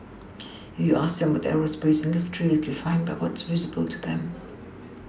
if you ask them about the aerospace industry it's defined by what is visible to them